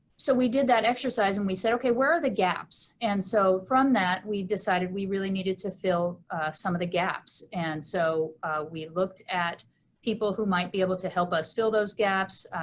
so we did that exercise and we said, okay, where are the gaps? and so from that we decided we really needed to fill some of the gaps, and so we looked at people who might be able to help us fill those gaps,